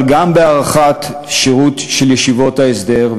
גם בהארכת השירות של תלמידי ישיבות ההסדר,